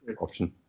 option